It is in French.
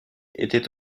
était